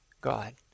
God